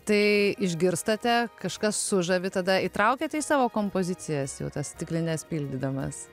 tai išgirstate kažkas sužavi tada įtraukiate į savo kompozicijas jau tas stiklines pildydamas